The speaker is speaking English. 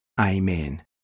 Amen